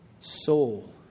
soul